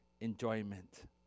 enjoyment